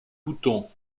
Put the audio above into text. bouton